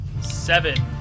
Seven